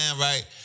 right